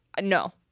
No